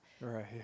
right